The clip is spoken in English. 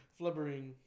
Flubbering